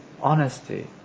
honesty